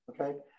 Okay